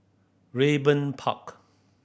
Raeburn Park